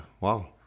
wow